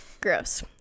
Gross